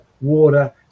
water